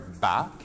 back